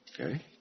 Okay